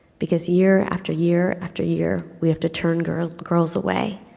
because year, after year, after year, we have to turn girls girls away,